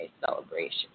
celebration